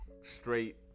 straight